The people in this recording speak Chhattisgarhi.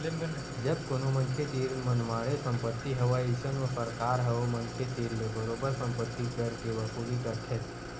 जब कोनो मनखे तीर मनमाड़े संपत्ति हवय अइसन म सरकार ह ओ मनखे तीर ले बरोबर संपत्ति कर के वसूली करथे